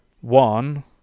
one